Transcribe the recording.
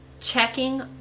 checking